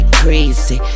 crazy